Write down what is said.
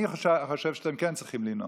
אני חושב שאתם כן צריכים לנאום.